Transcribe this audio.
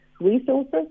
resources